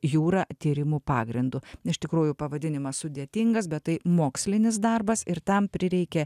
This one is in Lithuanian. jūra tyrimų pagrindu iš tikrųjų pavadinimas sudėtingas bet tai mokslinis darbas ir tam prireikė